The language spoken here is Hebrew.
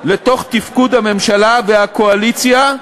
בתפקוד הממשלה והקואליציה.